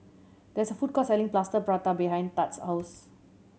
there is a food court selling Plaster Prata behind Thad's house